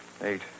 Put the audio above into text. Eight